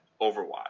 Overwatch